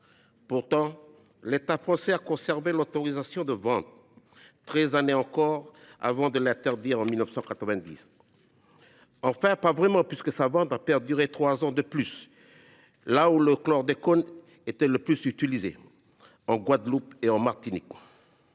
Pourtant, l’État français a maintenu l’autorisation de vente durant treize années encore, avant de la retirer en 1990 – enfin, pas vraiment, puisque la vente a perduré trois ans de plus là où le chlordécone était le plus utilisé, en Guadeloupe et en Martinique.